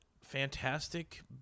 fantastic